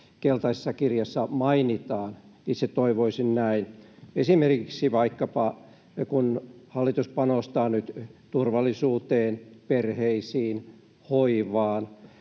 keltaisessa kirjassa mainitaan. Itse toivoisin näin. Esimerkiksi vaikkapa kun hallitus panostaa nyt turvallisuuteen, perheisiin, hoivaan,